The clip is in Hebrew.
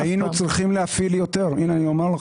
היינו צריכים להפעיל יותר הינה, אני אומר לך.